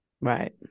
Right